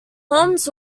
holmes